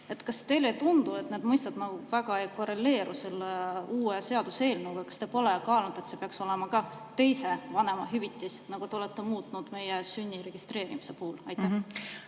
Kas teile ei tundu, et need mõisted nagu väga ei korreleeru selle uue seaduseelnõuga? Kas te pole kaalunud, et see peaks olema "teise vanema hüvitis", nagu te olete [mõistet] muutnud lapse sünni registreerimise puhul? Aitäh,